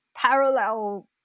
parallel